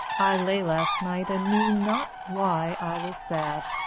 i lay last night and knew not why i was sad.